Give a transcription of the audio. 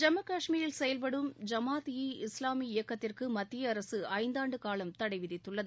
ஜம்மு காஷ்மீரில் செயல்படும் ஜமாத் ஈ இஸ்லாமி இயக்கத்திற்கு மத்திய அரசு ஐந்தாண்டு காலம் தடை விதித்துள்ளது